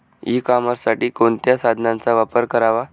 E कॉमर्ससाठी कोणत्या साधनांचा वापर करावा?